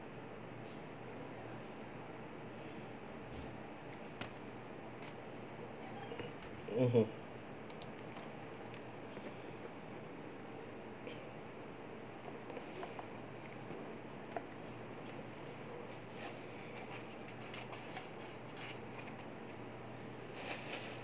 mmhmm